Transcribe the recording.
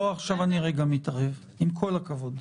פה אני רגע מתערב, עם כל הכבוד.